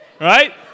right